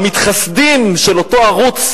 המתחסדים של אותו ערוץ